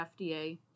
FDA